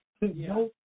no